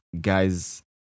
guys